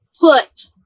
put